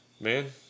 Man